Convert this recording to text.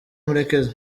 murekezi